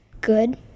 good